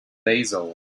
basil